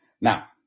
Now